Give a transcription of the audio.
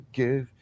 give